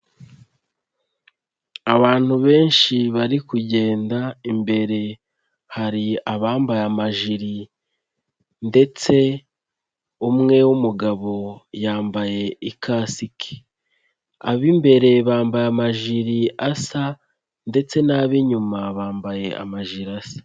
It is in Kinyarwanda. Abantu benshi bari kugenda imbere hari abambaye amajiri ndetse umwe w'umugabo yambaye ikasike, ab'imbere bambaye amajiri asa ndetse n'ab'inyuma bambaye amajiri asa.